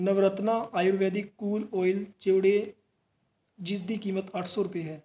Navratna Ayurvedic cool oil ਜੋੜੋ ਜਿਸ ਦੀ ਕੀਮਤ ਰੁਪਏ ਅੱਠ ਸੌ ਰੁਪਏ ਹੈ